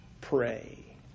pray